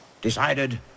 Decided